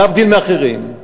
להבדיל מאחרים.